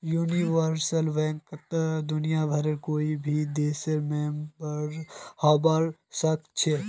universal बैंकत दुनियाभरेर कोई भी देश मेंबर हबा सखछेख